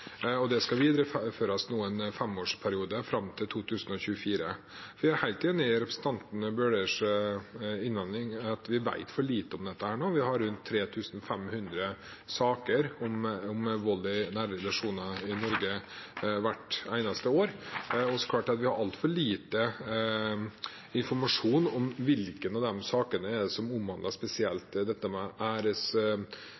og det skal nå videreføres i en femårsperiode, fram til 2024. Jeg er helt enig i representanten Bøhlers innvending om at vi vet for lite om dette. Vi har rundt 3 500 saker om vold i nære relasjoner hvert eneste år i Norge. Det er klart vi har altfor lite informasjon om hvilke av de sakene som spesielt omhandler